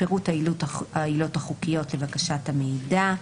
פירוט העילות החוקיות לבקשת המידע,